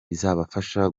izabafasha